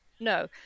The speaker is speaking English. No